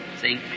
See